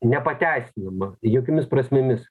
nepateisinamą jokiomis prasmėmis